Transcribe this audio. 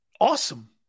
Awesome